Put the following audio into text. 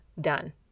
Done